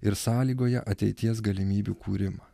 ir sąlygoja ateities galimybių kūrimą